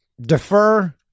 defer